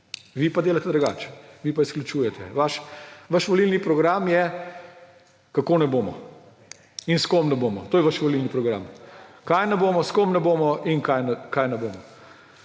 Vi pa delate drugače. Vi pa izključujete. Vaš volilni program je, kako ne bomo in s kom ne bomo. To je vaš volilni program. Kaj ne bomo, s kom ne bomo in kaj ne bomo.